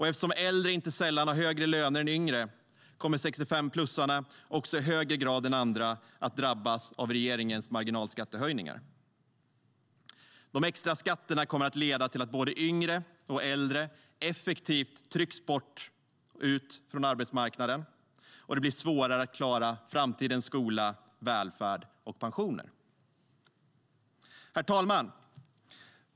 Eftersom äldre inte sällan har högre löner än yngre kommer 65-plussarna också i högre grad än andra att drabbas av regeringens marginalskattehöjningar. De extra skatterna kommer att leda till att både yngre och äldre effektivt trycks ut från arbetsmarknaden, och det blir svårare att klara framtidens skola, välfärd och pensioner. Herr talman!